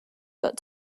but